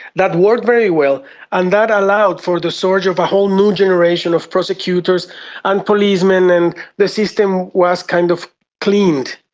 that worked very well and allowed for the surge of a whole new generation of prosecutors and policeman, and the system was kind of cleaned,